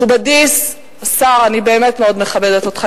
מכובדי השר, אני באמת מאוד מכבדת אותך.